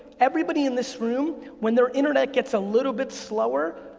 everybody in this room, when their internet gets a little bit slower,